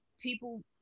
people